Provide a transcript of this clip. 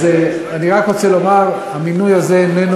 אז אני רק רוצה לומר: המינוי הזה איננו